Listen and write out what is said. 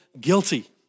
guilty